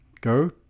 go